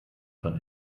von